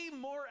more